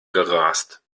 gerast